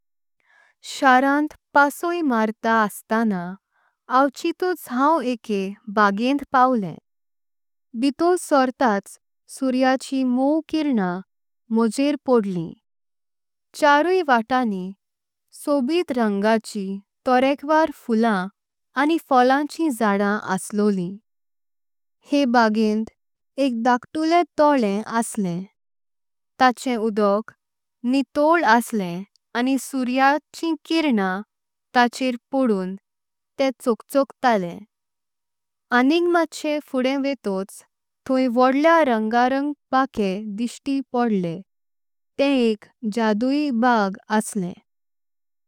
शरण्त पासोई मारता अस्ताना अवचितुच हांव एके। ब्हागेंट पायलेम भीतर सोर्टाच सुऱ्याची मव किरणा। म्होयेर पोडलीं चारुई वट्टणिम सोबीत रंगांची। तोरेकवार फुल्लां आनी फोल्लांची जाड्डं असल्ली। हे ब्हागेंट एक धक्तूलेम थोलेम असल्लें ताचे। उडोक नितोल्ल असल्लें आनी सुऱ्याचिं किरणां। ताचेर पडून ते चोकचोकतालें आनीक माशे फुडदें। वेटोच थोंय वड्डल्या रंगारंग पाक्के दिस्ठी। पडले तेम एक जादुई ब्हाग असले।